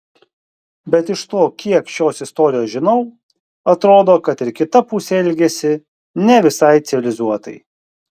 bet iš to kiek šios istorijos žinau atrodo kad ir kita pusė elgėsi ne visai civilizuotai